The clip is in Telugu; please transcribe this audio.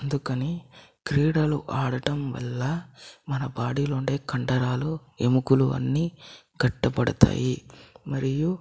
అందుకని క్రీడలు ఆడటంవల్ల మన బాడీ లో ఉండే కండరాలు ఎముకులు అన్ని గట్టిపడతాయి మరియు